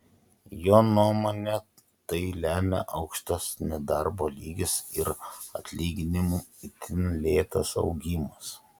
jo nuomone tai lemia aukštas nedarbo lygis ir atlyginimų itin lėtas augimas